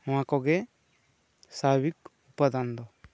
ᱱᱚᱣᱟ ᱠᱚ ᱜᱮ ᱥᱟᱵᱷᱟᱵᱤᱠ ᱩᱯᱟᱫᱟᱱ ᱫᱚ